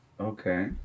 Okay